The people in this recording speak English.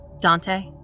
Dante